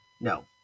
no